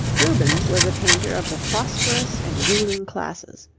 rubens was a painter of the prosperous and ruling classes.